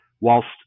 whilst